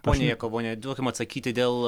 ponia jakavone duokim atsakyti dėl